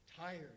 tired